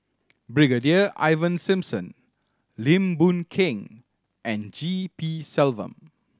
Brigadier Ivan Simson Lim Boon Keng and G P Selvam